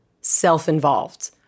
self-involved